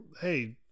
hey